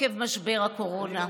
עקב משבר הקורונה.